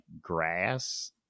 grass